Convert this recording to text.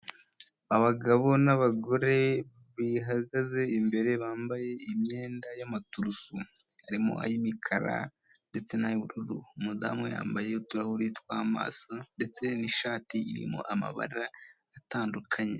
Abagabo n'abagore bahagaze imbere bambaye imyenda y'amaturusu, harimo ay'imikara ndetse n'ay'ubururu. Umudamu we yambaye uturahure tw'amaso ndetse n'ishati irimo amabara atandukanye.